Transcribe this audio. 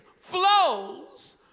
flows